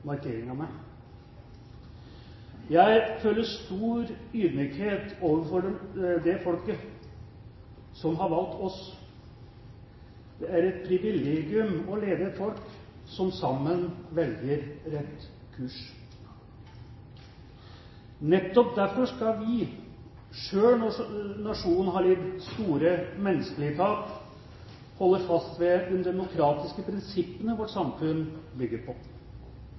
Jeg føler stor ydmykhet overfor det folket som har valgt oss. Det er et privilegium å lede et folk som sammen velger rett kurs. Nettopp derfor skal vi, selv når nasjonen har lidd store menneskelige tap, holde fast ved de demokratiske prinsippene vårt samfunn bygger på.